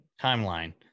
timeline